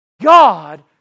God